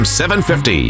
750